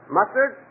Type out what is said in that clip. Mustard